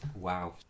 Wow